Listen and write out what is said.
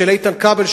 של איתן כבל,